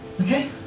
okay